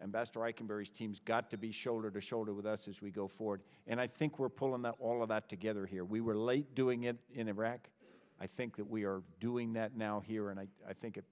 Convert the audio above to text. and best i can very teams got to be shoulder to shoulder with us as we go forward and i think we're pulling that all of that together here we were late doing it in iraq i think that we are doing that now here and i i think it